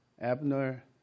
Abner